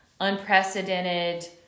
unprecedented